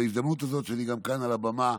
בהזדמנות הזאת שאני כאן על הבמה,